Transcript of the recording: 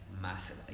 massive